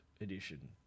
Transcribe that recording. edition